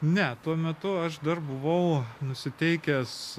ne tuo metu aš dar buvau nusiteikęs